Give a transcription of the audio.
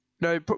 No